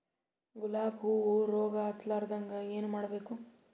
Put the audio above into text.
ಗುಲಾಬ್ ಹೂವು ರೋಗ ಹತ್ತಲಾರದಂಗ ಏನು ಮಾಡಬೇಕು?